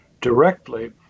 directly